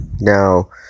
Now